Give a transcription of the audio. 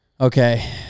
Okay